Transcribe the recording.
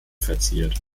verziert